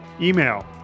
email